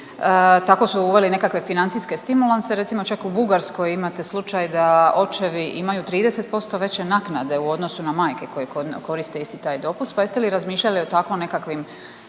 tako su uveli nekakve financijske stimulanse, recimo čak u Bugarskoj imate slučaj da očevi imaju 30% veće naknade u odnosu na majke koje koriste isti taj dopust, pa jeste li razmišljali o tako nekakvim